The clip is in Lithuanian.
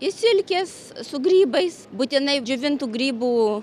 i silkės su grybais būtinai džiovintų grybų